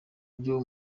byo